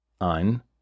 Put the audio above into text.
ein